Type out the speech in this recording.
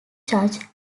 judge